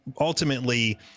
ultimately